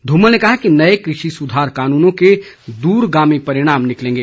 धूमल ने कहा कि नए कृषि सुधार कानूनों के दूरगामी परिणाम निकलेंगें